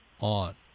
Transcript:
on